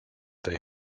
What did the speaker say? they